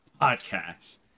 podcast